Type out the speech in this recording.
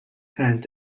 end